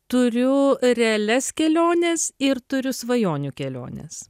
turiu realias keliones ir turiu svajonių keliones